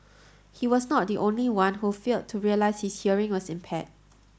he was not the only one who failed to realise his hearing was impaired